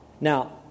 Now